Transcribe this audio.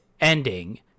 ending